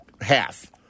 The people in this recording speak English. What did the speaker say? half